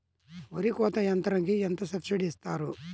వరి కోత యంత్రంకి ఎంత సబ్సిడీ ఇస్తారు?